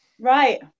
Right